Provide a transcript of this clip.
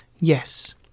Yes